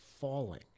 falling